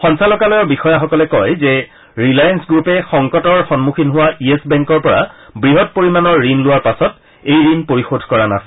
সঞ্চালকালয়ৰ বিষয়াসকলে কয় যে ৰিলায়েন্স গ্ৰুপে সংকট জৰ্জৰিত য়েছ বেংকৰ পৰা বৃহৎ পৰিমাণৰ ঋণ লোৱাৰ পাছত এই ঋণ পৰিশোধ কৰা নাছিল